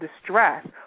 distress